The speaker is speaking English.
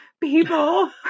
people